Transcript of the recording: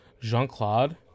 Jean-Claude